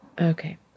Okay